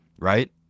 Right